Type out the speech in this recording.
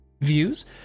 views